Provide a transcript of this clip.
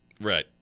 Right